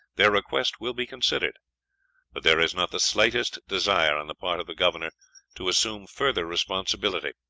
their request will be considered but there is not the slightest desire on the part of the governor to assume further responsibility,